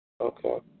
Okay